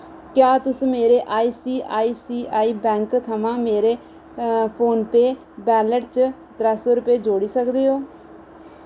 क्या तुस मेरे आई सी आई सी आई बैंक थमां मेरे फोन पेऽ वैलेट च त्रै सौ रपेऽ जोड़ी सकदे ओ